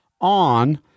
on